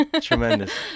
Tremendous